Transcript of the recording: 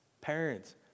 Parents